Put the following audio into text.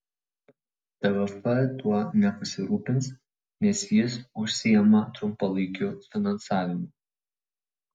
tvf tuo nepasirūpins nes jis užsiima trumpalaikiu finansavimu